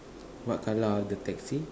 what colour are the taxi